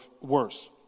worse